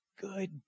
good